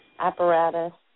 Apparatus